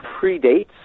predates